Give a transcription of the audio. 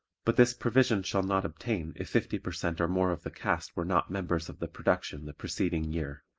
but this provision shall not obtain if fifty per cent or more of the cast were not members of the production the preceding year.